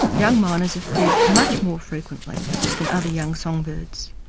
young miners are fed much more frequently than other young songbirds.